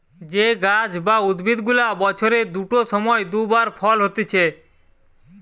যে গাছ বা উদ্ভিদ গুলা বছরের দুটো সময় দু বার ফল হতিছে